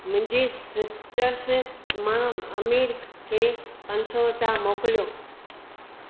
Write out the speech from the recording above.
मुंहिंजी सिट्रस मां अमिर खे पंज सौ रुपिया मोकिलियो